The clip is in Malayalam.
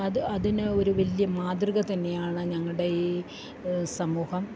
അത് അതിന് ഒരു വലിയ മാതൃക തന്നെയാണ് ഞങ്ങളുടെ ഈ സമൂഹം